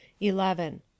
eleven